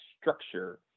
structure